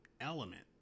element